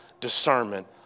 discernment